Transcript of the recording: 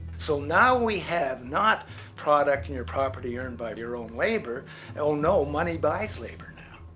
so, now we have not product and your property earned by your own labor oh no money buys labor